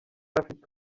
ntafite